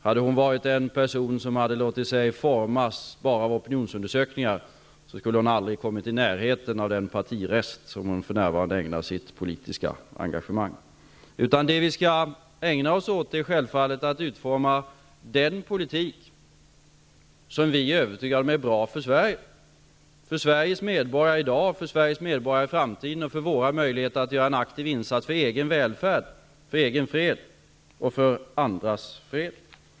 Hade Gudrun Schyman varit en person som låtit sig formas enbart av opinionsundersökningar, skulle hon aldrig ha kommit i närheten av den partirest som hon för närvarande ägnar sitt politiska engagemang. Det vi skall ägna oss åt är självfallet att utforma den politik som vi är övertygade om är bra för Sverige, den politik som är bra för Sveriges medborgare i dag och i framtiden och som är bra för våra möjligheter att göra en aktiv insats för egen välfärd, för egen fred och för andras fred.